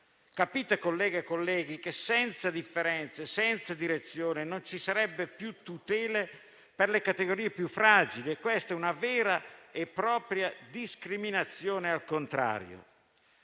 Capite, colleghe e colleghi, che, senza differenze, né direzione, non ci sarebbero più tutele per le categorie più fragili? Questa è una vera e propria discriminazione al contrario.